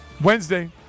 Wednesday